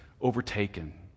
overtaken